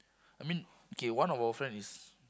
I mean K one of our friend is